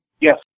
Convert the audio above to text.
Yes